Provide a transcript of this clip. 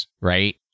right